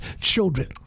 children